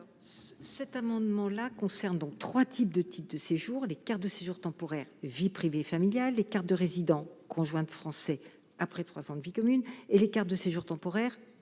Alors cet amendement-là concerne donc 3 types de type de séjour, les cartes de séjour temporaires, vie privée, familiale, les cartes de résidents conjointe de Français après 3 ans de vie commune et les cartes de séjour temporaires regroupement